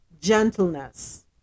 gentleness